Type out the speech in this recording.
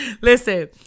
Listen